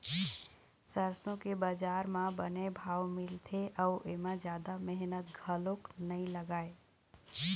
सरसो के बजार म बने भाव मिलथे अउ एमा जादा मेहनत घलोक नइ लागय